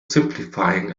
simplifying